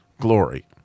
glory